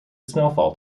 snowfall